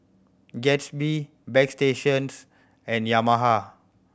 Gatsby Bagstationz and Yamaha